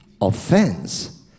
Offense